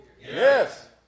Yes